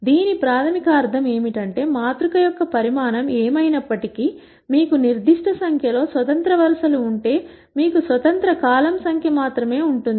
దీని ప్రాథమిక అర్థం ఏమిటంటే మాతృక యొక్క పరిమాణం ఏమైనప్పటికీ మీకు నిర్దిష్ట సంఖ్యలో స్వతంత్ర వరుసలు ఉంటే మీకు స్వతంత్ర కాలమ్ సంఖ్య మాత్రమే ఉంటుంది